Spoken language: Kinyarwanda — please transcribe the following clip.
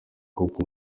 kuko